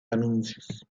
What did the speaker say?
anuncios